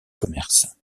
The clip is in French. commerce